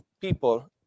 people